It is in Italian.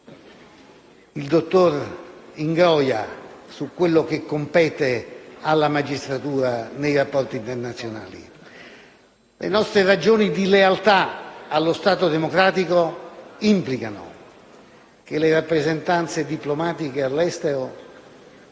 il dottor Ingroia, su quello che compete alla magistratura nei rapporti internazionali. Le nostre ragioni di lealtà allo Stato democratico implicano che le rappresentanze diplomatiche all'estero